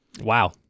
Wow